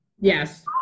Yes